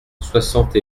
soixante